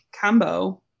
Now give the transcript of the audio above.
combo